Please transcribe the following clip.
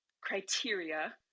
criteria